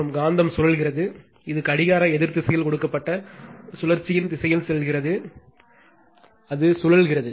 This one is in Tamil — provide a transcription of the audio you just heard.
மற்றும் காந்தம் சுழல்கிறது இது கடிகார எதிர் திசையில் கொடுக்கப்பட்ட சுழற்சியின் திசையில் செல்கிறது அது சுழல்கிறது